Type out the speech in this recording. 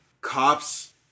cops